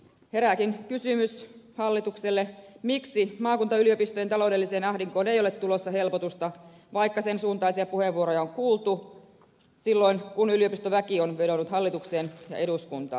herääkin kysymys hallitukselle miksi maakuntayliopistojen taloudelliseen ahdinkoon ei ole tulossa helpotusta vaikka sen suuntaisia puheenvuoroja on kuultu silloin kun yliopistoväki on vedonnut hallitukseen ja eduskuntaan